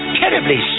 terribly